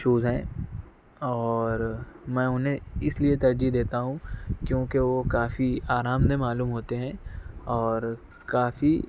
shows ہیں اور میں انہیں اس لیے ترجیح دیتا ہوں کیونکہ وہ کافی آرام دہ معلوم ہوتے ہیں اور کافی